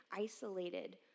isolated